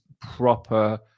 proper